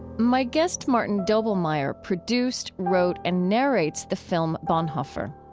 my guest, martin doblmeier, produced, wrote and narrates the film bonhoeffer.